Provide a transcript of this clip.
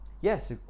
Yes